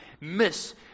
miss